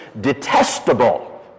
detestable